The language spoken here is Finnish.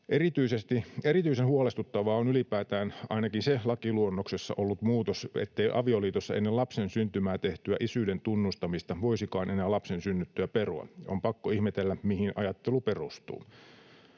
Erityisen huolestuttava ylipäätään on ainakin se lakiluonnoksessa ollut muutos, ettei avioliitossa ennen lapsen syntymää tehtyä isyyden tunnustamista voisikaan enää lapsen synnyttyä perua. On pakko ihmetellä, mihin ajattelu perustuu.